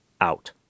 out